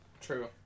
True